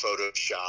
Photoshop